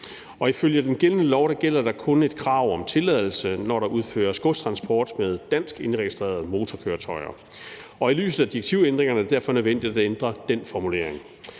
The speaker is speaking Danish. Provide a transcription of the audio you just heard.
Ifølge den gældende lov er der kun et krav om tilladelse, når der udføres godstransport med dansk indregistrerede motorkøretøjer. I lyset af direktivændringerne er det derfor nødvendigt at ændre den formulering.